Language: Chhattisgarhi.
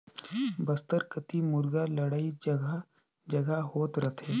बस्तर कति मुरगा लड़ई जघा जघा होत रथे